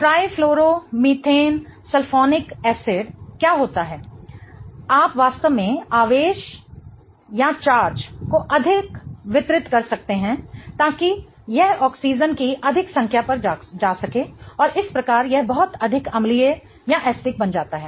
trifluoromethanesulfonic एसिडअम्ल क्या होता है आप वास्तव में आवेश को अधिक वितरित कर सकते हैं ताकि यह ऑक्सीजन की अधिक संख्या पर जा सके और इस प्रकार यह बहुत अधिक अम्लीय बन जाता है